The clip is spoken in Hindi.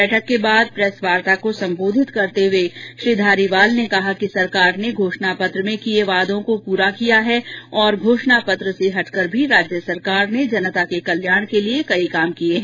बैठक के बाद प्रेस वार्ता को संबोधित करते हये श्री धारीवाल ने कहा कि सरकार ने घोषणा पत्र में किये वादों को पूरा किया है और घोषणा पत्र से भी हटकर राज्य सरकार ने जनता के हित में काम किये हैं